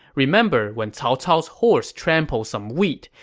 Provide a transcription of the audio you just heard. remember when cao cao's horse trampled some wheat,